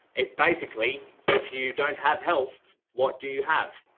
is basically if you don't have health, what do you have?